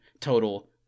total